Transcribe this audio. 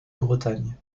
bretagne